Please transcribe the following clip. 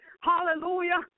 hallelujah